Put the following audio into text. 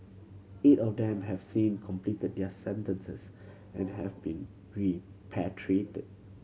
eight of them have since completed their sentences and have been repatriated